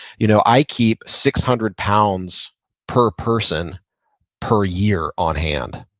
you know i keep six hundred pounds per person per year on hand,